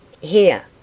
Here